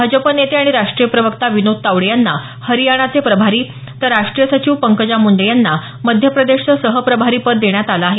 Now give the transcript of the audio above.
भाजप नेते आणि राष्ट्रीय प्रवक्ता विनोद तावडे यांना हरियाणाचे प्रभारी तर राष्ट्रीय सचिव पंकजा मुंडे यांना मध्य प्रदेशचं सहप्रभारीपद देण्यात आलं आहे